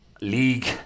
League